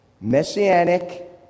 messianic